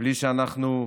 ובלי שאנחנו,